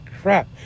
crap